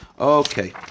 Okay